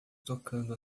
tocando